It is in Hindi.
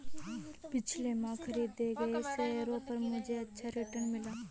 पिछले माह खरीदे गए शेयरों पर मुझे अच्छा रिटर्न मिला